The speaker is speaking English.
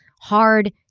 hard